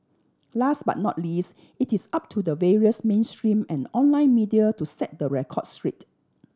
last but not least it is up to the various mainstream and online media to set the record straight